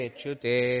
Chute